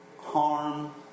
harm